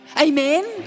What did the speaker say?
Amen